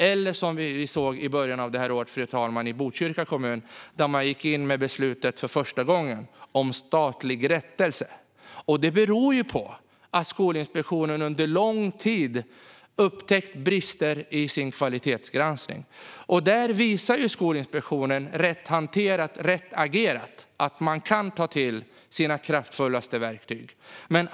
I början av detta år, fru talman, såg vi dessutom hur man i Botkyrka kommun för första gången gick in med ett beslut om statlig rättelse. Detta beror på att Skolinspektionen under lång tid har upptäckt brister under sin kvalitetsgranskning. Där visar Skolinspektionen att man, med rätt hantering och rätt agerande, kan ta till sina kraftfullaste verktyg.